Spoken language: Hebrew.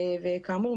וכאמור,